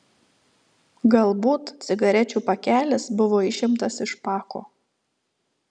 galbūt cigarečių pakelis buvo išimtas iš pako